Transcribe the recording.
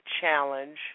challenge